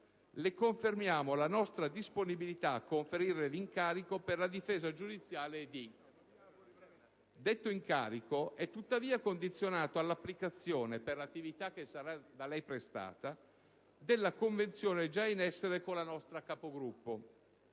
Le confermiamo la nostra disponibilità a conferire l'incarico per la difesa giudiziale di (...). Detto incarico è tuttavia condizionato all'applicazione, per l'attività che sarà da lei prestata, della convenzione già in essere con la nostra capogruppo,